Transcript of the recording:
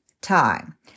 time